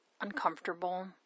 uncomfortable